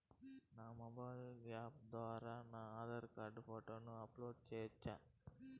నా mobile app ద్వారా నా ఆధార్ కార్డు ఫోటోను అప్లోడ్ సేయొచ్చా?